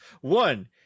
one